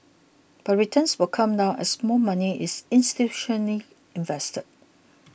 but returns will come down as more money is institutionally invested